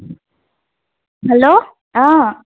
hello অঁ